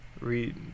Read